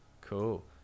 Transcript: cool